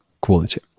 quality